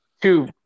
Two